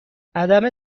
عدم